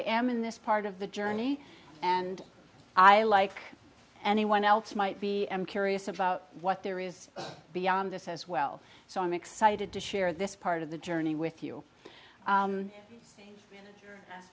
am in this part of the journey and i like anyone else might be i'm curious about what there is beyond this as well so i'm excited to share this part of the journey with you